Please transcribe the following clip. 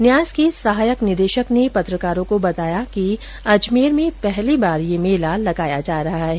न्यास के सहायक निदेशक ने पत्रकारों को बताया कि अजमेर में पहली बार ये मेला लगाया जा रहा है